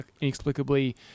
inexplicably